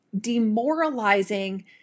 demoralizing